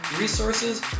resources